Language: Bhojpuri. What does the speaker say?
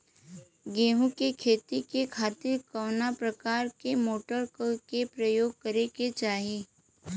गेहूँ के खेती के खातिर कवना प्रकार के मोटर के प्रयोग करे के चाही?